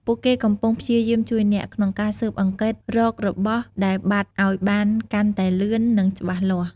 ពួកគេកំពុងព្យាយាមជួយអ្នក ក្នុងការស៊ើបអង្កេតរករបស់ដែលបាត់អោយបានកាន់តែលឿន និងច្បាស់លាស់។